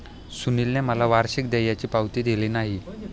सुनीलने मला वार्षिक देयाची पावती दिली नाही